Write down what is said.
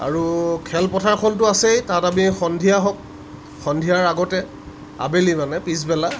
আৰু খেলপথাৰখনতো আছেই তাত আমি সন্ধিয়া হওক সন্ধিয়াৰ আগতে আবেলি মানে পিছবেলা